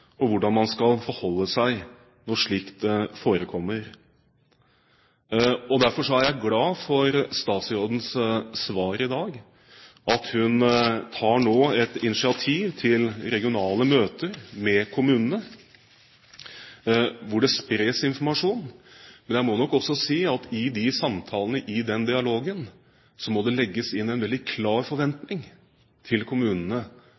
og hvordan man skal forholde seg når slikt forekommer. Derfor er jeg glad for statsrådens svar i dag, at hun nå tar et initiativ til regionale møter med kommunene, hvor det spres informasjon. Jeg må nok også si at i de samtalene, i den dialogen må det legges inn en veldig klar forventning til kommunene